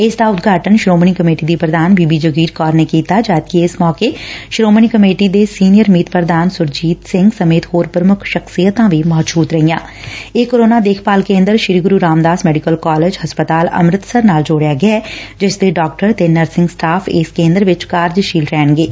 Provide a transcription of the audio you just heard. ਇਸੱ ਦਾ ਉਦਘਾਟਨ ਸ੍ਰੋਮਣੀ ਕਮੇਟੀ ਦੀ ਪ੍ਰਧਾਨ ਬੀਬੀ ਜਗੀਰ ਕੌਰ ਨੇ ਕੀਤਾ ਜਦਕਿ ਇਸ ਮੌਕੇ ਸ਼ੋਮਣੀ ਕਮੇਟੀ ਦੇ ਸੀਨੀਅਰ ਮੀਤ ਪੁਧਾਨ ਸੁਰਜੀਤ ਸਿੰਘ ਸਮੇਤ ਹੋਰ ਪੁਮੁੱਖ ਸ਼ਖਸੀਅਤਾਂ ਵੀ ਮੌਜਦ ਰਹੀਆਂ ਇਹ ਕੋਰੋਨਾ ਦੇਖਭਾਲ ਕੇ'ਦਰ ਸ੍ਰੀ ਗੁਰੁ ਰਾਮਦਾਸ ਮੈਡੀਕਲ ਕਾਲਜ ਹਸਪਤਾਲ ਅੰਮ੍ਰਿਤਸਰ ਨਾਲ ਜੋੜਿਆ ਗਿਐ ਜਿਸ ਦੇ ਡਾਕਟਰ ਤੇ ਨਰਸਿੰਗ ਸਟਾਫ਼ ਇਸ ਕੇਦਰ ਵਿਚ ਕਾਰਜਸ਼ੀਲ ਰਹਿਣਗੇ